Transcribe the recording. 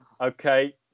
Okay